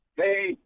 Hey